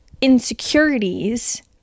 insecurities